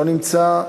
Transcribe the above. לא נמצא.